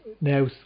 now